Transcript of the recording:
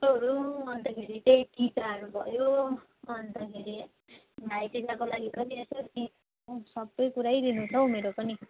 फोटोहरू अन्तखेरि चाहिँ टिकाहरू भयो अन्तखेरि भाइटिकाको लागि पनि सबै कुरै लिनु छ हौ मेरो पनि